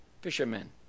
Fishermen